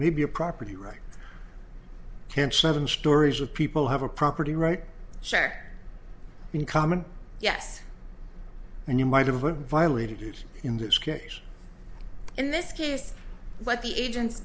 maybe a property right can't seven stories of people have a property right share in common yes and you might have it violated in this case in this case what the agents